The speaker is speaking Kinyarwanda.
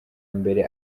mbere